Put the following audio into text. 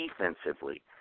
defensively